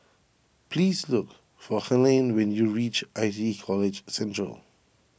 please look for Helaine when you reach I T E College Central